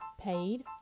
paid